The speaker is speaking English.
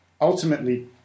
ultimately